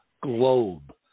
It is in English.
globe